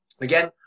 again